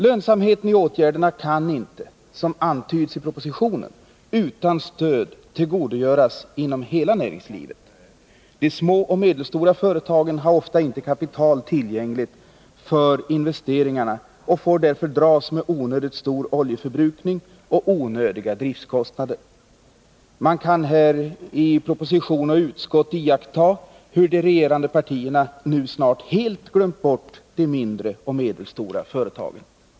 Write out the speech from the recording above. Lönsamheten i åtgärderna kan inte, som antyds i propositionen, utan stöd tillgodogöras inom hela näringslivet. De små och medelstora företagen har ofta inte kapital tillgängligt för investeringarna och får därför dras med onödigt stor oljeförbrukning och onödiga driftkostnader. Man kan i propositionen och utskottsbetänkandet iaktta hur de regerande partierna nu snart helt har glömt bort de mindre och medelstora företagen.